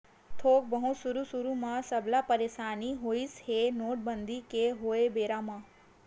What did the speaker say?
थोक बहुत सुरु सुरु म सबला परसानी होइस हे नोटबंदी के होय बेरा म